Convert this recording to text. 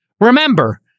remember